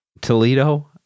Toledo